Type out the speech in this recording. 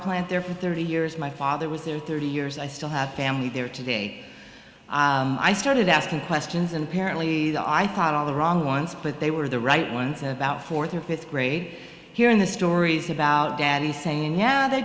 plant there for thirty years my father was there thirty years i still have family there today i started asking skins and apparently the i thought all the wrong ones but they were the right ones about fourth or fifth grade hearing the stories about daddy saying yeah they